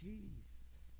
Jesus